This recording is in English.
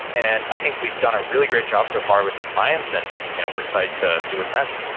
and i think we've done a really great job so far with compliance and you know we're excited to see what's next.